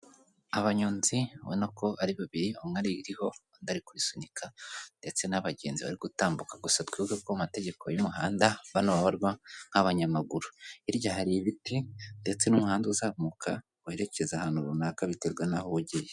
Abanyonzi Ubona ko ari babiri, umwe aririho undi ari kurisunika ndetse n'abagenzi bari gutambuka gusa twibuke ko amategeko y'umuhanda, bano babarwa nk'abanyamaguru. Hirya hari ibiti ndetse n'umuhanda uzamuka werekeza ahantu runaka biterwa n'aho uba ugiye.